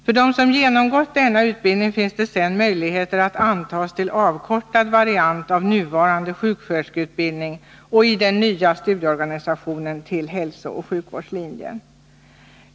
För dem som genomgått denna utbildning finns det sedan möjligheter att antas till avkortad variant av nuvarande sjuksköterskeutbildning och i den nya studieorganisationen till hälsooch sjukvårdslinjen.